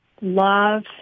love